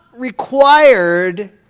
required